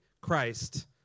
Christ